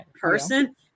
person